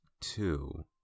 two